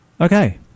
Okay